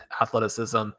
athleticism